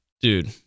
Dude